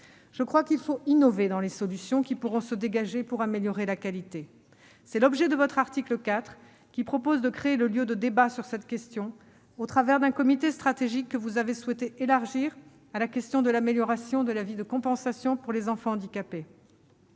je crois qu'il faut innover dans les solutions à apporter afin d'améliorer la qualité. C'est l'objet de votre article 4, qui crée le lieu de débat sur cette question au travers d'un comité stratégique que vous avez souhaité élargir à la question de l'amélioration de la compensation pour les enfants handicapés.